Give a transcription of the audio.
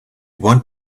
want